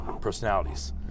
personalities